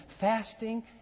Fasting